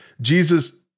Jesus